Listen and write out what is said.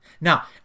Now